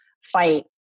fight